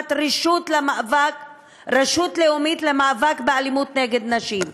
להקמת רשות לאומית למאבק באלימות נגד נשים.